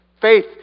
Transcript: Faith